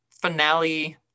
finale